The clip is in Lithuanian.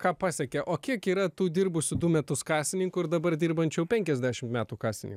ką pasiekė o kiek yra tų dirbusių du metus kasininkų ir dabar dirbančių jau penkiasdešim metų kasininku